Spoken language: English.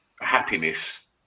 happiness